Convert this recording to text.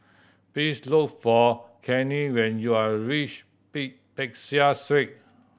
please look for Cannie when you are reach Peck Seah Street